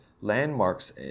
landmarks